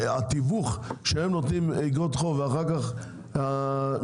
התיווך שהם נותנים איגרות חוב ואחר כך מי